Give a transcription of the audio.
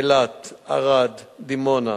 אילת, ערד, דימונה,